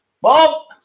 Bob